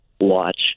watch